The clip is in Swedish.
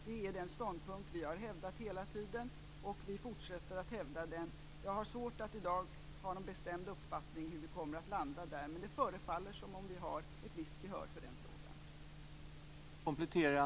Det är den ståndpunkt vi har hävdat hela tiden, och vi fortsätter att hävda den. Jag har svårt att i dag ha någon bestämd uppfattning om hur vi kommer att landa där, men det förefaller som om vi har ett visst gehör för den uppfattningen.